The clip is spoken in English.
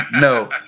No